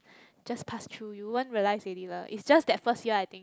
just pass through you you won't realise already lah it's just that first year I think